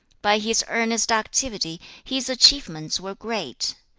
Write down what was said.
by his earnest activity, his achievements were great.